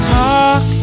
talk